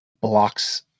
blocks